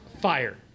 fire